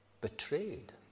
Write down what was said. betrayed